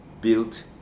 built